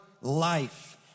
life